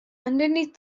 underneath